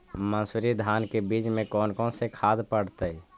मंसूरी धान के बीज में कौन कौन से खाद पड़तै?